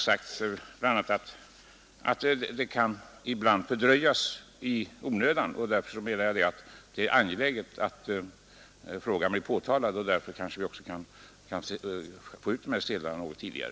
Det händer att utdelningen i onödan fördröjs, och därför anser jag att det är angeläget att frågan blir påtalad, så att vi kanske får ut slutskattsedlarna något tidigare.